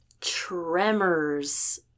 Tremors